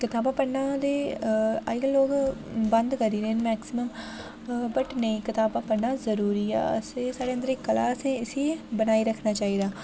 कताबां पढ़ना ते अज्जकल लोग बंद करी गेदे न मैक्सिम्म वट् नेईं कताबां पढ़ना जरूरी ऐ असें साढ़े अंदर इक कला असें इसी बनाई रखना चाहि्दा